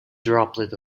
droplet